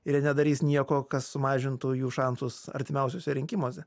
ir jie nedarys nieko kas sumažintų jų šansus artimiausiuose rinkimuose